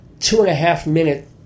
two-and-a-half-minute